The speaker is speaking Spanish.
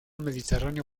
mediterráneo